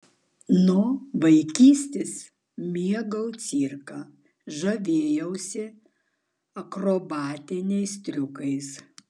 nuo vaikystės mėgau cirką žavėjausi akrobatiniais triukais